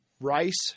rice